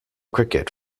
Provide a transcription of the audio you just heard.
cricket